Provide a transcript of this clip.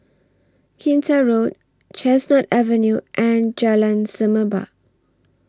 Kinta Road Chestnut Avenue and Jalan Semerbak